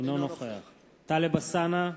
אינו נוכח טלב אלסאנע,